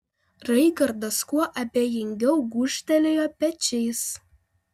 raigardas kuo abejingiau gūžtelėjo pečiais